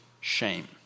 shame